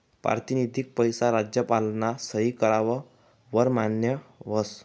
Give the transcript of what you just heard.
पारतिनिधिक पैसा राज्यपालना सही कराव वर मान्य व्हस